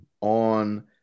on